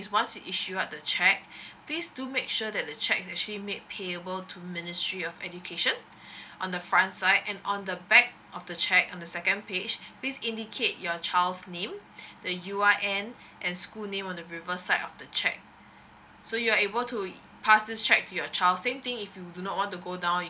once you issue out the cheque please do make sure that the cheque is actually made payable to ministry of education on the front side and on the back of the cheque on the second page please indicate your child's name uh you are an end and school name on the reverse side of the cheque so you're able to pass this cheque your child's same thing if you do not want to go down